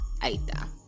Aita